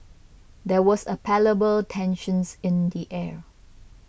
there was a palpable tensions in the air